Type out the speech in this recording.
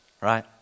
right